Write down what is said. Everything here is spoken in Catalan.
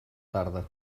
tarda